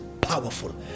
powerful